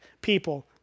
people